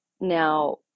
Now